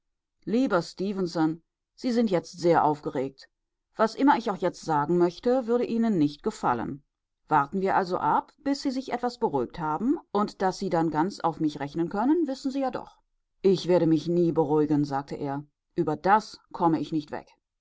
lieber stefenson sie sind jetzt sehr aufgeregt was immer ich auch jetzt sagen möchte würde ihnen nicht gefallen warten wir also ab bis sie sich etwas beruhigt haben und daß sie dann ganz auf mich rechnen können wissen sie ja doch ich werde mich nie beruhigen sagte er über das komme ich nicht weg